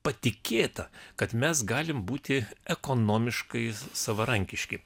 patikėta kad mes galim būti ekonomiškai savarankiški